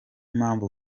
mpamvu